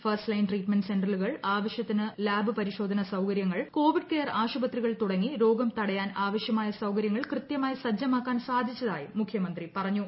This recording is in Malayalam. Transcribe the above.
ഫസ്റ്റ് ലൈൻ ട്രീറ്റ്മെന്റ് സെന്ററുകൾ ആവശൃത്തിനു ലാബ് പരിശോധന സൌകര്യങ്ങൾ കോവിഡ് കെയർ ആശുപത്രികൾ തുടങ്ങി രോഗം തടയാൻ ആവശ്യമായ സൌകര്യങ്ങൾ കൃത്യമായി സജ്ജമാക്കാൻ സാധിച്ചതായും മുഖ്യമന്ത്രി പറഞ്ഞു